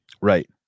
right